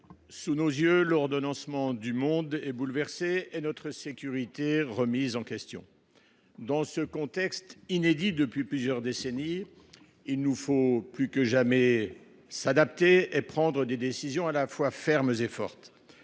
sous nos yeux, l’ordonnancement du monde est bouleversé et notre sécurité remise en question. Dans ce contexte inédit depuis plusieurs décennies, il nous faut plus que jamais nous adapter et prendre des décisions à la fois fermes et fortes.